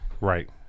Right